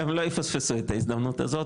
הם לא יפספסו את ההזדמנות הזאת,